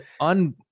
un